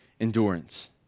endurance